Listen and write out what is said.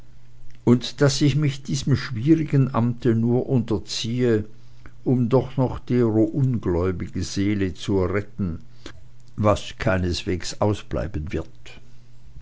und daß ich mich diesem schwierigen amte nur unterziehe um doch noch dero ungläubige seele zu erretten was keineswegs ausbleiben wird